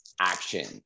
action